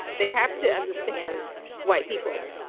they have to understand white people,